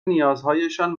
نیازهایشان